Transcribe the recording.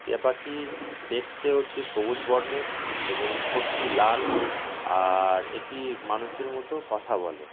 টিয়া পাখি দেখতে হচ্ছে সবুজ বর্ণের এবং ঠোঁটটি লাল আর এটি মানুষের মতো কথা বলে